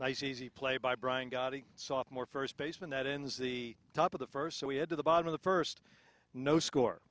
nice easy play by bryan goddy soft more first baseman that ends the top of the first so we head to the bottom of the first no score